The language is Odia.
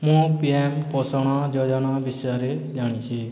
ମୁଁ ପିଏମ୍ ପୋଷଣ ଯୋଜନା ବିଷୟରେ ଜାଣିଛି